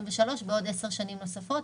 בעוד 10 שנים נוספות,